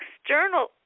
external